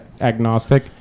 agnostic